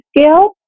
scale